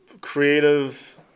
creative